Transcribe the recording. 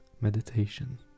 meditation